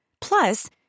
Plus